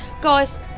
guys